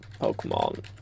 Pokemon